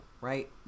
right